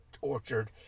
orchard